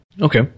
Okay